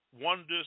wonders